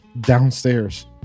downstairs